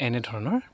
এনেধৰণৰ